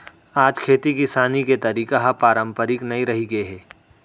आज खेती किसानी के तरीका ह पारंपरिक नइ रहिगे हे